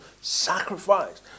sacrifice